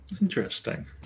Interesting